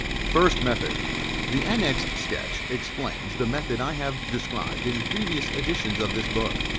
first method the annexed sketch explains the method i have described in previous editions of this book.